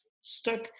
stuck